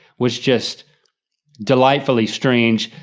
was just delightfully strange,